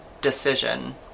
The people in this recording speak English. decision